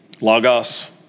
Lagos